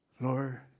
Lord